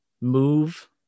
move